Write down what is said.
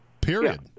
period